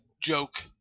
joke